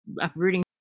uprooting